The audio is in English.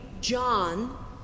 John